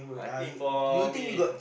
I think for me